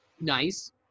Nice